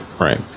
right